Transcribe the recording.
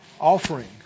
Offering